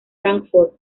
frankfurt